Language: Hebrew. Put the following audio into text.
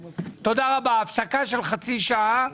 הפסקה של חצי שעה,